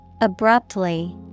Abruptly